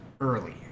early